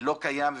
לא קיים.